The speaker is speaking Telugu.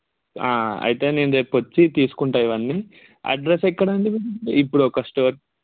అయితే నేను రేపు వచ్చి తీసుకుంటా ఇవన్నీ అడ్రస్ ఎక్కడండి మీది ఇప్పుడు ఒక స్టోర్